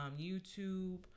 YouTube